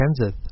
Kenseth